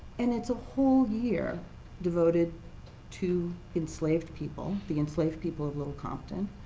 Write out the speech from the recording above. and it's a whole year devoted to enslaved people the enslaved people of little compton